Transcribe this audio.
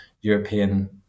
European